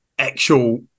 actual